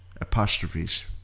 Apostrophes